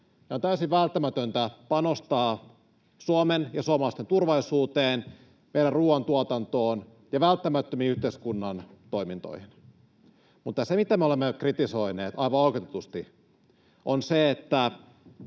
on täysin välttämätöntä panostaa Suomen ja suomalaisten turvallisuuteen, meidän ruoantuotantoon ja välttämättömiin yhteiskunnan toimintoihin. Mutta me olemme kritisoineet aivan oikeutetusti sitä, että